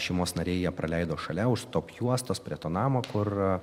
šeimos nariai jie praleido šalia už stop juostos prie to namo kur